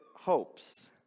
hopes